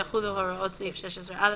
יחולו הוראות סעיף 16א,